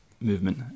movement